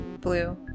blue